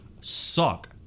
suck